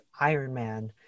Ironman